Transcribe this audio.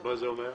מה זה אומר?